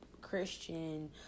Christian